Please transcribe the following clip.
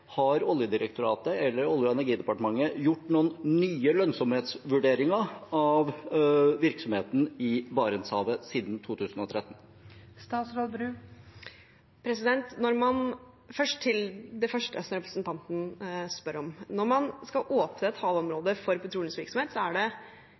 Har Oljedirektoratet eller Olje- og energidepartementet gjort noen nye lønnsomhetsvurderinger av virksomheten i Barentshavet siden 2013? Først til det representanten spør om: Når man skal åpne et